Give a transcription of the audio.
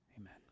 Amen